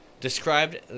described –